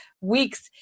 weeks